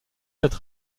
cette